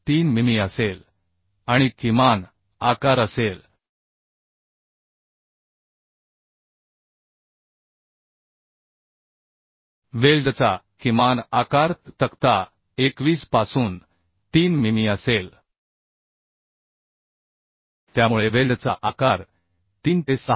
3 मिमी असेल आणि किमान आकार असेल वेल्डचा किमान आकार तक्ता 21 पासून 3 मिमी असेल त्यामुळे वेल्डचा आकार 3 ते 6